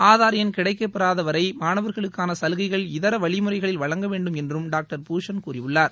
ஆதார்எண் கிடைக்கப்பெறாதவரை மாணவர்களுக்கான சலுகைகள் இதர வழிமுறைகளில் வழங்கவேண்டும் என்றும் டாக்டர் பூஷன் கூறினார்